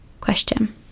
question